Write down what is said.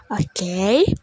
okay